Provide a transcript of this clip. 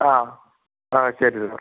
ആ ആ ശരി സാർ